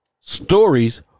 Stories